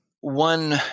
one